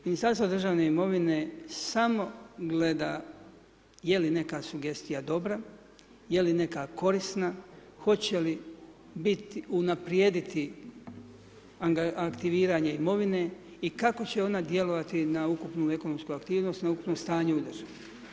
Ministarstvo državne imovine, samo gleda je li neka sugestija dobra, je li neka korisna, hoće li biti, unaprijediti aktiviranje imovine i kako će ona djelovati na ukupnu ekonomsku aktivnost, na ukupno stanje u državi.